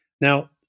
Now